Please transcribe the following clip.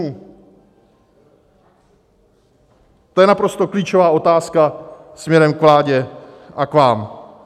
To je naprosto klíčová otázka směrem k vládě a k vám.